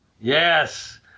yes